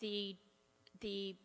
the the